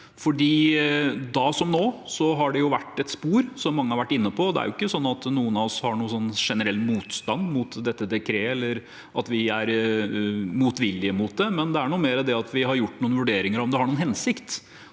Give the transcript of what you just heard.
da, som nå, har det vært et spor – slik mange har vært inne på. Det er jo ikke sånn at noen av oss har noen generell motstand mot dette dekretet, eller at vi har motvilje mot det. Det er mer at vi har gjort noen vurderinger av om det har noen hensikt.